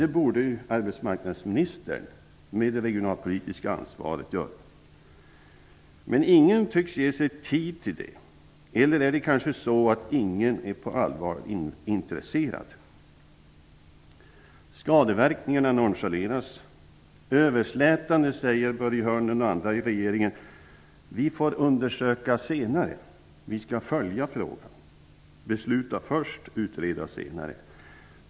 Det borde arbetsmarknadsministern med sitt regionalpolitiska ansvar göra. Men ingen tycks ge sig tid till det. Eller är det kanske så att ingen på allvar är intresserad? Skadeverkningarna nonchaleras. Överslätande säger Börje Hörnlund och andra i regeringen: Vi får undersöka det senare. Vi skall följa frågan. Man beslutar först och utreder senare.